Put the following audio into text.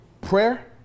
Prayer